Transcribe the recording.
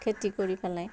খেতি কৰি পেলাই